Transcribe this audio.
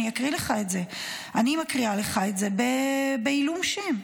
אני מקריאה לך את זה בעילום שם,